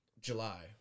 July